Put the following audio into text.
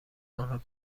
آنرا